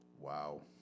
Wow